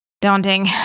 daunting